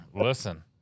listen